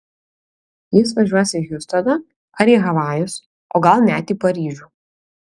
jis važiuos į hjustoną ar į havajus o gal net į paryžių